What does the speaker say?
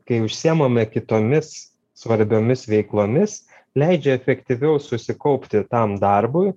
kai užsiimame kitomis svarbiomis veiklomis leidžia efektyviau susikaupti tam darbui